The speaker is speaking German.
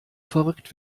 verrückt